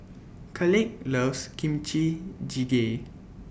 Caleigh loves Kimchi Jjigae